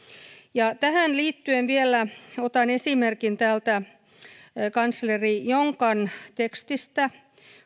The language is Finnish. tähän liittyen vielä otan esimerkin kansleri jonkan tekstistä